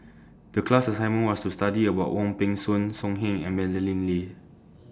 The class assignment was to study about Wong Peng Soon So Heng and Madeleine Lee